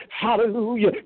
Hallelujah